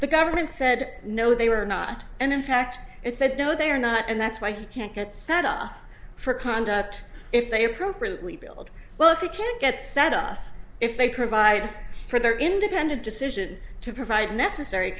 the government said no they were not and in fact it said no they are not and that's why you can't get sent off for conduct if they appropriately build well if you can't get set off if they provide for their independent decision to provide necessary